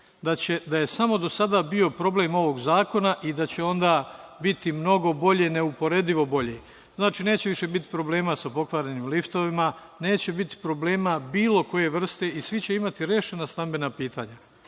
utisak da je samo do sada bio problem ovog zakona i da će onda biti mnogo bolje, neuporedivo bolje. Znači, neće više biti problema sa pokvarenim liftovima, neće biti problema bilo koje vrste i svi će imati rešena stambena pitanja.